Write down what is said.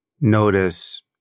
notice